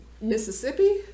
Mississippi